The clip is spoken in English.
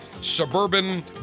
suburban